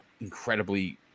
incredibly